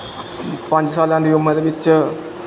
ਪੰਜ ਸਾਲਾਂ ਦੀ ਉਮਰ ਵਿੱਚ